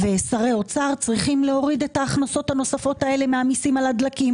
שרי אוצר צריכים להוריד את ההכנסות האלה מהמיסים על הדלקים.